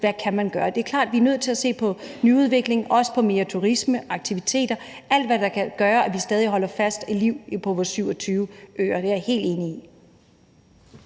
hvad man kan gøre. Det er klart, at vi er nødt til at se på nyudvikling og også på mere turisme, aktiviteter, altså alt, hvad der kan gøre, at vi stadig holder fast i liv på vores 27 øer. Det er jeg helt enig i.